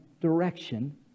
direction